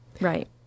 right